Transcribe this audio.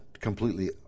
completely